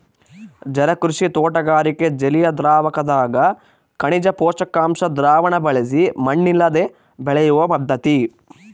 ಜಲಕೃಷಿ ತೋಟಗಾರಿಕೆ ಜಲಿಯದ್ರಾವಕದಗ ಖನಿಜ ಪೋಷಕಾಂಶ ದ್ರಾವಣ ಬಳಸಿ ಮಣ್ಣಿಲ್ಲದೆ ಬೆಳೆಯುವ ಪದ್ಧತಿ